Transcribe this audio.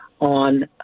on